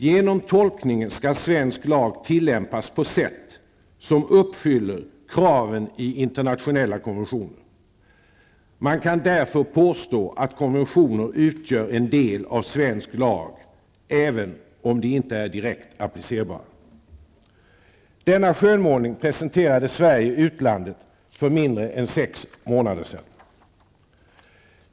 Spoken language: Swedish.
Genom tolkningen skall svensk lag tillämpas på sätt som uppfyller kraven i internationella konventioner. Man kan därför påstå att konventioner utgör en del av svensk lag även om de inte är direkt applicerbara. Denna skönmålning presenterade Sverige utlandet för mindre än sex månader sedan.